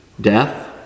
death